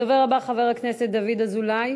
הדובר הבא, חבר הכנסת דוד אזולאי.